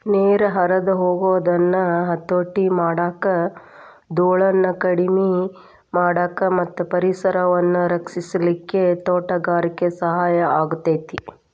ನೇರ ಹರದ ಹೊಗುದನ್ನ ಹತೋಟಿ ಮಾಡಾಕ, ದೂಳನ್ನ ಕಡಿಮಿ ಮಾಡಾಕ ಮತ್ತ ಪರಿಸರವನ್ನ ರಕ್ಷಿಸಲಿಕ್ಕೆ ತೋಟಗಾರಿಕೆ ಸಹಾಯ ಆಕ್ಕೆತಿ